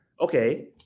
Okay